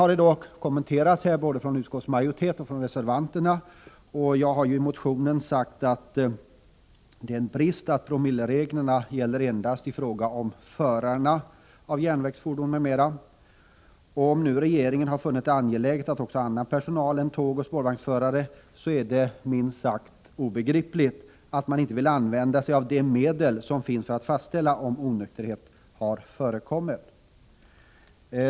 Företrädare för både utskottsmajoriteten och reservanterna har gett kommentarer till betänkandet. Jag har i motionen sagt att det är en brist att promillereglerna gäller endast förare av järnvägsfordon m.m. Det är minst sagt obegripligt — om regeringen har funnit det angeläget att ta med annan personal än tågoch spårvagnsförare — att man inte vill använda sig av de effektiva medel som finns för att fastställa om onykterhet har förekommit.